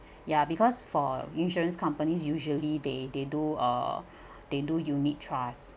ya because for insurance companies usually they they do uh they do unit trust